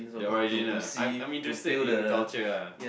the origin ah I'm I'm interested in culture ah